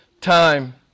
time